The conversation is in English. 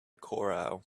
corral